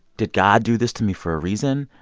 did god do this to me for a reason?